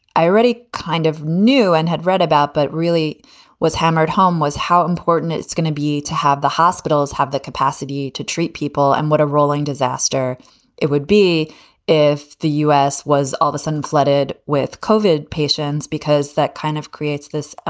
i already kind of knew and had read about, but really was hammered home was how important it's going to be to have the hospitals have the capacity to treat people and what a rolling disaster it would be if the u s. was orbison flooded with covered patients, because that kind of creates this ah